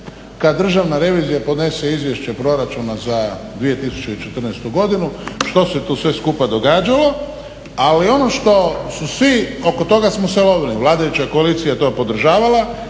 kada državna revizija podnese izvješće proračuna za 2014. godinu što se tu sve skupa događalo. Ali ono što su svi, oko toga smo se lovili, vladajuća koalicija je to podržavala,